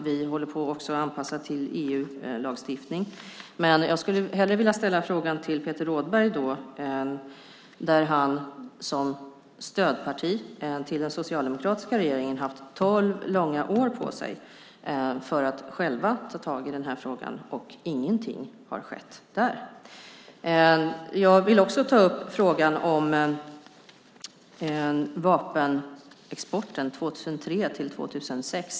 Vi håller också på med en anpassning till EU-lagstiftning. Peter Rådberg och hans parti har som stödparti till den socialdemokratiska regeringen haft tolv långa år på sig att själva ta tag i den här frågan, och ingenting har skett där. Jag vill också ta upp frågan om vapenexporten 2003-2006.